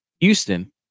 Houston